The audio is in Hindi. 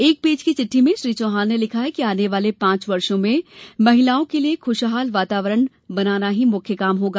एक पेज की चिटठी में श्री चौहान ने लिखा है आने वाले पांच वर्षो में महिलों के लिये खुशहाल वातावरण बनाना ही मुख्य काम होगा